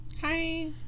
Hi